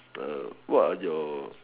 what are your